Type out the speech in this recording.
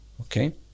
Okay